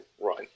run